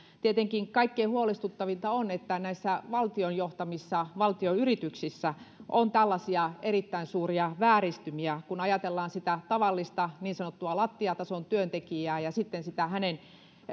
tietenkin kaikkein huolestuttavinta on että näissä valtion johtamissa valtionyrityksissä on tällaisia erittäin suuria vääristymiä kun ajatellaan sitä tavallista niin sanottua lattiatason työntekijää ja sitten sitä hänen